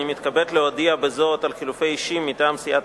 אני מתכבד להודיע בזאת על חילופי אישים מטעם סיעת